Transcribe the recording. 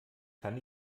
kann